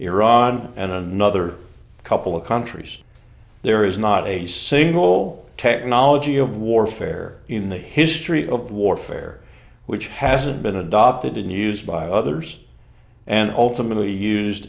iran and another couple of countries there is not a single technology of warfare in the history of warfare which has been adopted and used by others and ultimately used